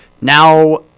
Now